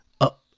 up